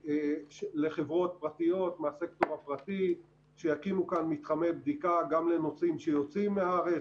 לחברות מהסקטור הפרטי שיקימו כאן מתחמי בדיקה גם לנוסעים שיוצאים מהארץ,